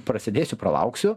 prasėdėsiu pralauksiu